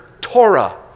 Torah